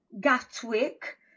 Gatwick